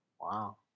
Wow